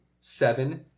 seven